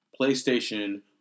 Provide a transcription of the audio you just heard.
PlayStation